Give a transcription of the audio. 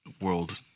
world